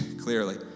clearly